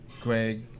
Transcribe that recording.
Greg